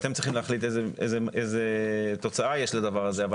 אתם צריכים להחליט איזה תוצאה יש לדבר הזה אבל